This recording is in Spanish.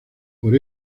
por